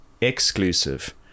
exclusive